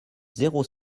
zéro